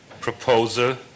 proposal